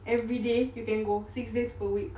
everyday you can go six days per week